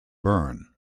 bern